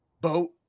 boat